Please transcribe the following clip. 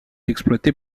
exploitée